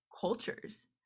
cultures